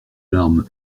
larmes